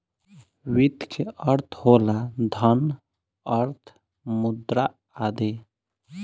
वित्त के अर्थ होला धन, अर्थ, मुद्रा आदि